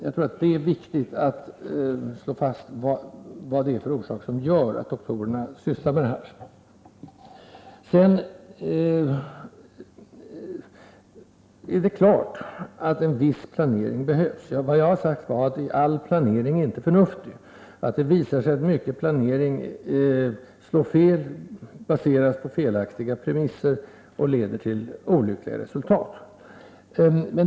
Jag tror att det är viktigt att slå fast vilka orsakerna är till att läkarna sysslar med läkarverksamhet på ”fritiden”. Självfallet behövs en viss planering. Vad jag har sagt är att all planering inte nödvändigtvis är förnuftig, och att det visar sig att mycket av planeringen slår fel, baseras på felaktiga premisser och leder till olyckliga resultat.